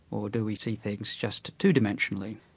or do we see things just two dimensionally.